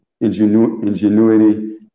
ingenuity